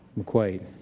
McQuaid